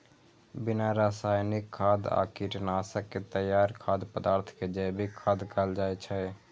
बिना रासायनिक खाद आ कीटनाशक के तैयार खाद्य पदार्थ कें जैविक खाद्य कहल जाइ छै